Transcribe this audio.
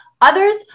Others